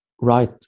right